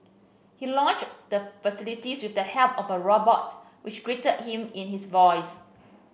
he launched the facility with the help of a robot which greeted him in his voice